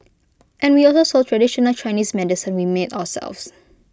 and we also sold traditional Chinese medicine we made ourselves